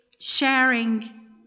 Sharing